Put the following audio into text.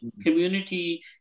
community